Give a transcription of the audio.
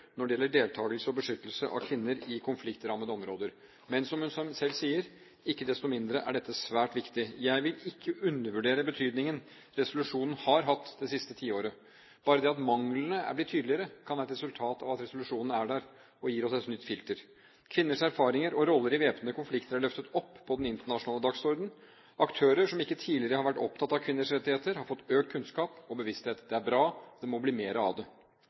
når det gjelder deltakelse og beskyttelse av kvinner i konfliktrammede områder. Men, som hun selv sier: Ikke desto mindre er dette svært viktig. Jeg vil ikke undervurdere betydningen resolusjonen har hatt det siste tiåret. Bare det at manglene er blitt tydeligere, kan være et resultat av at resolusjonen er der og gir oss et nytt filter. Kvinners erfaringer og roller i væpnede konflikter er løftet opp på den internasjonale dagsordenen. Aktører som ikke tidligere har vært opptatt av kvinners rettigheter, har fått økt kunnskap og bevissthet. Det er bra, og det må bli mer av det.